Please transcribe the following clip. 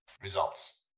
results